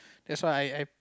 that's why I I